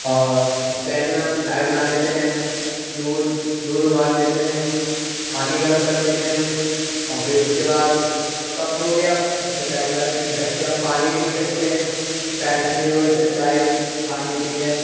اور پین میں ہم چائے بنا لیتے ہیں دودھ دودھ ابال لیتے ہیں پانی گرم کر لیتے ہیں اور پھر اس کے بعد کپ ہو گیا اس میں چائے نکال کے پی سکتے ہیں ہم پانی بھی پی سکتے ہیں چائے چھنی وغیرہ سے چائے چھان کے پی لیں